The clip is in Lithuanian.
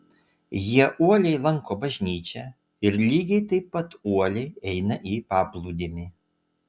jie uoliai lanko bažnyčią ir lygiai taip pat uoliai eina į paplūdimį